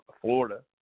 Florida